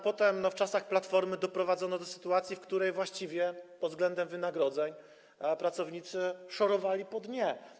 Potem, w czasach Platformy doprowadzono do sytuacji, w której właściwie pod względem wynagrodzeń pracownicy szorowali po dnie.